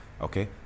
Okay